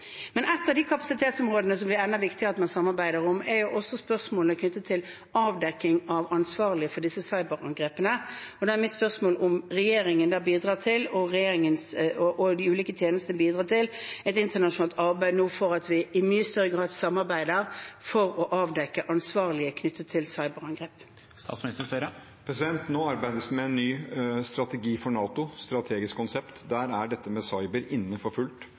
Et av de kapasitetsområdene som det blir enda viktigere at man samarbeider om, er spørsmålet knyttet til avdekking av ansvarlige for disse cyberangrepene. Da er mitt spørsmål om regjeringen og de ulike tjenestene nå bidrar til et internasjonalt arbeid for at vi i mye større grad samarbeider for å avdekke ansvarlige knyttet til cyberangrep. Nå arbeides det med en ny strategi for NATO, et strategisk konsept, og der er dette med cyber inne for fullt.